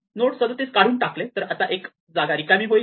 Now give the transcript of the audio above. node 37 काढून टाकले तर आता एक जागा रिकामी होईल